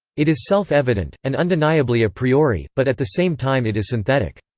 it is self-evident, and undeniably a priori, but at the same time it is synthetic.